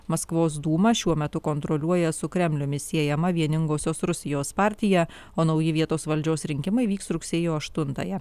maskvos dūmą šiuo metu kontroliuoja su kremliumi siejama vieningosios rusijos partija o nauji vietos valdžios rinkimai vyks rugsėjo aštuntąją